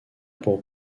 pour